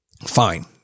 fine